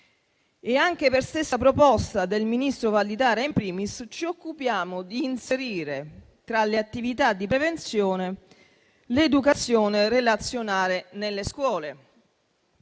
Per stessa proposta del ministro Valditara *in primis*, ci occupiamo di inserire tra le attività di prevenzione l'educazione relazionale nelle scuole.